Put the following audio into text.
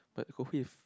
but